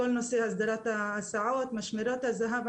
לכל נושא הסדרת ההסעות, משמרות הזה"ב.